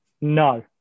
no